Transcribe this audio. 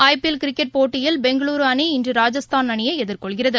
ஐ PL cricket போட்டியில் பெங்களுருஅனி இன்று ராஜஸ்தான் அணியைஎதிர்கொள்கிறது